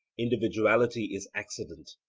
individuality is accident.